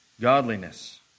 godliness